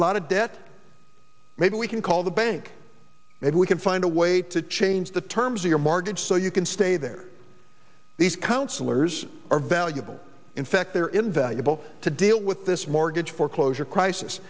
a lot of debt maybe we can call the bank maybe we can find a way to change the terms of your markets so you can stay there these councillors are valuable in fact they're invaluable to deal with this mortgage foreclosure crisis